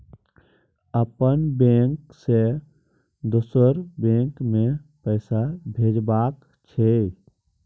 अपन बैंक से दोसर बैंक मे पैसा भेजबाक छै?